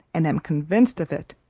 and am convinced of it.